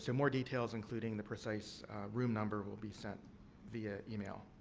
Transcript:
so more details, including the precise room number, will be sent via email.